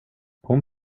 hon